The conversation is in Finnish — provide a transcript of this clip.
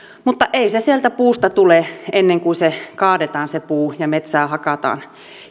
mutta ei se sieltä puusta tule ennen kuin se puu kaadetaan ja metsää hakataan